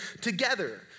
together